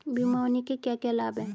बीमा होने के क्या क्या लाभ हैं?